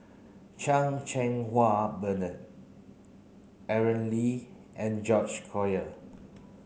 Chan Cheng Wah Bernard Aaron Lee and George Collyer